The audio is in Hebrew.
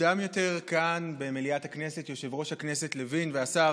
מוקדם יותר כאן במליאת הכנסת יושב-ראש הכנסת לוין והשר